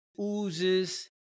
oozes